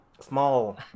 small